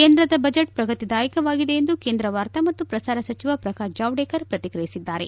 ಕೇಂದ್ರದ ಬಜೆಟ್ ಪ್ರಗತಿದಾಯಕವಾಗಿದೆ ಎಂದು ಕೇಂದ್ರ ವಾರ್ತಾ ಮತ್ತು ಪ್ರಸಾರ ಸಚಿವ ಪ್ರಕಾಶ್ ಜಾವಡೇಕರ್ ಪ್ರತಿಕ್ರಿಯಿಸಿದ್ದಾರೆ